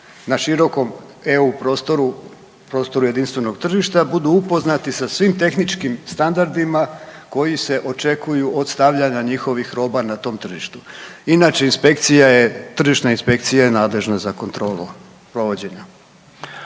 na širokom EU prostoru, prostoru jedinstvenog tržišta budu upoznati sa svim tehničkim standardima koji se očekuju od stavljanja njihovih roba na tom tržištu. Inače inspekcija je, tržišna inspekcija je nadležna za kontrolu provođenja.